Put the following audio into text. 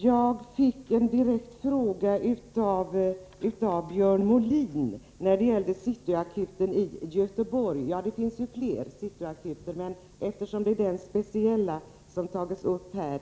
Jag fick en direkt fråga som gällde City Akuten i Göteborg av Björn Molin. Det finns ju flera City Akuter, men det är den speciella som tagits upp här.